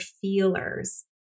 feelers